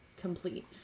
complete